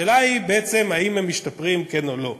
השאלה היא בעצם האם הם משתפרים כן או לא,